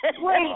Wait